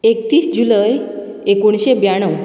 एकतीस जुलय एकोणशे ब्याण्णव